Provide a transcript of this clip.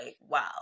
wow